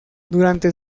durante